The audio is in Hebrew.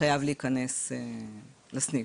חייב להיכנס לסניף.